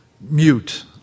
mute